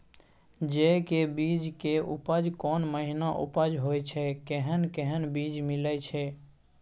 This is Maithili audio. जेय के बीज के उपज कोन महीना उपज होय छै कैहन कैहन बीज मिलय छै?